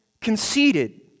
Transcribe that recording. Conceded